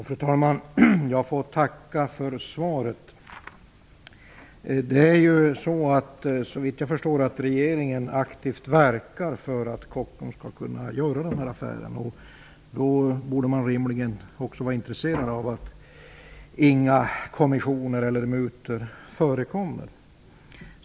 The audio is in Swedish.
Fru talman! Jag får tacka för svaret. Såvitt jag förstår verkar regeringen aktivt för att Kockums skall kunna genomföra den här affären. Då borde man rimligen också vara intresserad av att inga kommissioner eller mutor förekommer.